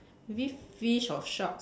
maybe fish or sharks